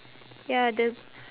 ya the